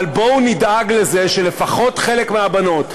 אבל בואו נדאג לזה שלפחות חלק מהבנות,